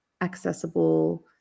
accessible